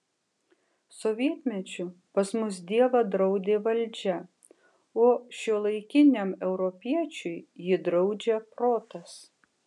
sovietmečiu pas mus dievą draudė valdžia o šiuolaikiniam europiečiui jį draudžia protas